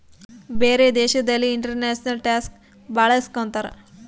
ಬೇರೆ ದೇಶದಲ್ಲಿ international tax ಭಾಳ ಇಸ್ಕೊತಾರ